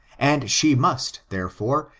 and she must, therefore,